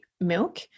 Milk